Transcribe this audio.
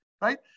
right